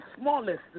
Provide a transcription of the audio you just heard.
smallest